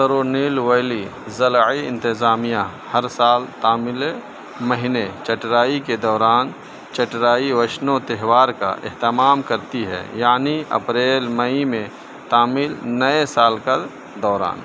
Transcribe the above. ترونیل valley ضلعی انتظامیہ ہر سال تامل مہینے چٹرائی کے دوران چٹرائی وشنو تہوار کا اہتمام کرتی ہے یعنی اپریل مئی میں تامل نئے سال کل دوران